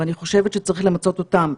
ואני חושבת שצריך למצות אותם.